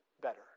better